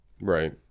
right